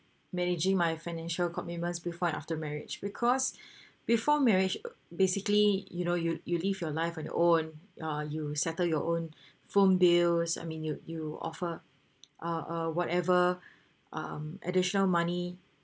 managing my financial commitments before and after marriage because before marriage basically you know you you live your life on your own uh you settle your own phone bills I mean you you offer uh uh whatever um additional money